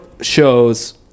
shows